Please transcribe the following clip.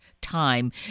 time